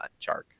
Chark